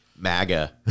MAGA